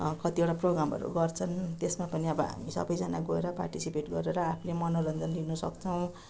कतिवटा प्रोग्रामहरू गर्छन् त्यसमा पनि अब हामी सबैजना गएर पार्टिसिपेट गरेर आफूले मनोरञ्जन लिनुसक्छौँ